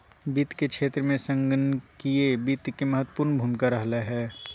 वित्त के क्षेत्र में संगणकीय वित्त के महत्वपूर्ण भूमिका रहलय हें